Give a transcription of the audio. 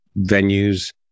venues